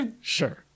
Sure